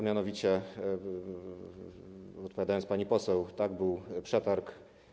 Mianowicie, odpowiadam pani poseł, tak, był przetarg.